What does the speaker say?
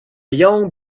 young